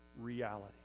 reality